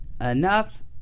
enough